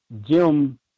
Jim